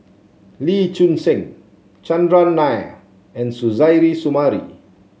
Lee Choon Seng Chandran Nair and Suzairhe Sumari